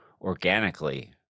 organically